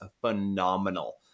phenomenal